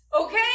Okay